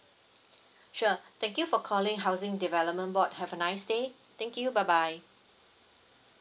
sure thank you for calling housing development board have a nice day thank you bye bye